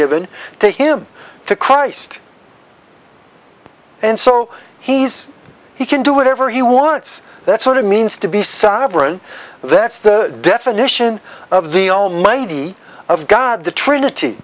given to him to christ and so he's he can do whatever he wants that's what it means to be sovereign that's the definition of the almighty of god the trinity